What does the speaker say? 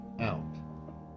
out